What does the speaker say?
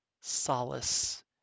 solace